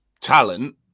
talent